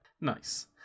Nice